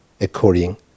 according